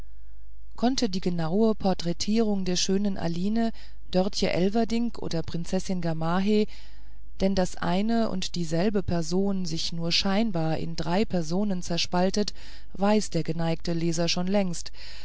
konnte die genaue porträtierung der schönen aline dörtje elverdink oder prinzessin gamaheh denn daß eine und dieselbe person sich nur scheinbar in drei personen zerspaltet weiß der geneigte leser schon längst